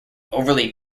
overly